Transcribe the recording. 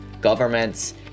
governments